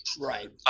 Right